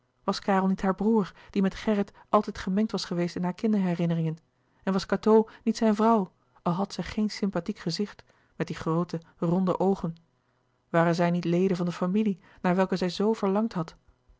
was karel niet haar broêr die met gerrit altijd gemengd was geweest in haar kinderherinneringen en was cateau niet zijne vrouw al had zij geen sympathiek gezicht met die groote ronde oogen waren zij niet leden van de louis couperus de boeken der kleine zielen familie naar welke zij zoo verlangd had